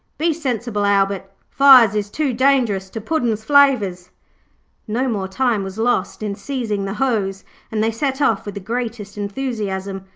be sensible, albert, fires is too dangerous to puddin's flavours no more time was lost in seizing the hose and they set off with the greatest enthusiasm.